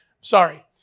sorry